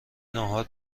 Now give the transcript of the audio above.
ناهار